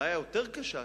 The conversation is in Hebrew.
הבעיה היותר קשה,